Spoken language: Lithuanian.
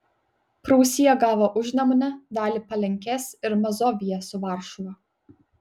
prūsija gavo užnemunę dalį palenkės ir mazoviją su varšuva